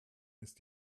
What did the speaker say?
ist